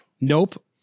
Nope